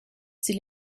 sie